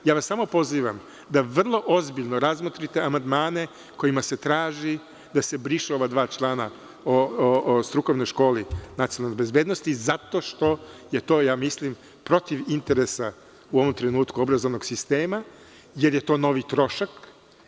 Samo vas pozivam da vrloozbiljno razmotrite amandmane kojima se traži da se brišu ova dva člana o strukovnoj školi nacionalne bezbednosti zato što je to mislim, protiv interesa u ovom trenutku obrazovnog sistema, jer je to novi trošak.